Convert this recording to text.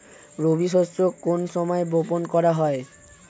রবি শস্য কোন সময় বপন করা হয়?